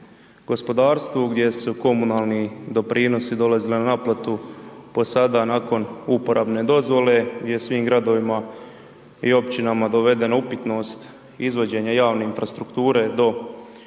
gospodarstvu gdje su komunalni doprinosi dolazili na naplatu po sada nakon uporabne dozvole gdje je svim Gradovima i Općinama dovedena upitnost izvođenja javne infrastrukture do objekata,